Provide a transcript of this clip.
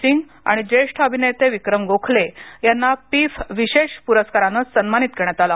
सिंग आणि ज्येष्ठ अभिनेते विक्रम गोखले यांना पिफ विशेष पुरस्कारान सन्मानित करण्यात आल